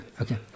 Okay